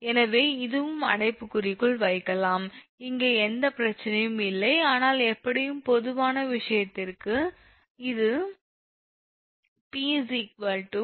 எனவே இதுவும் அடைப்புக்குறிக்குள் வைக்கலாம் இங்கே எந்த பிரச்சனையும் இல்லை ஆனால் எப்படியும் பொதுவான விஷயத்திற்கு அது 𝑝 23